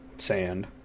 Sand